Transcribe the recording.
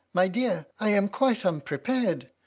my dear, i am quite unprepared.